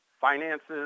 finances